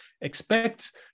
expect